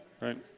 right